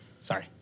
Sorry